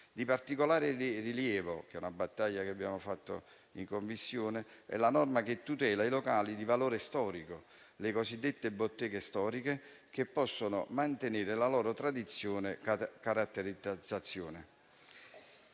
Di particolare di rilievo - è questa una battaglia che abbiamo fatto in Commissione - è la norma che tutela i locali di valore storico, le cosiddette botteghe storiche, che possono mantenere la loro tradizione e caratterizzazione.